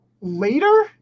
later